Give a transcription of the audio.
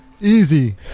Easy